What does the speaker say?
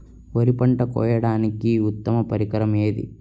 వరి పంట కోయడానికి ఉత్తమ పరికరం ఏది?